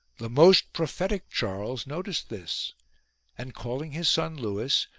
the most prophetic charles noticed this and, calling his son lewis,